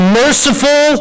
merciful